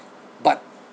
but